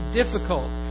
difficult